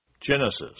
Genesis